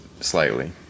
slightly